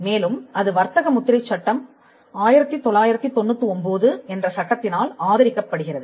மேலும் அது வர்த்தக முத்திரைச் சட்டம் 1999 என்ற சட்டத்தினால் ஆதரிக்க படுகிறது